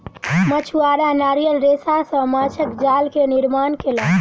मछुआरा नारियल रेशा सॅ माँछक जाल के निर्माण केलक